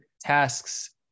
tasks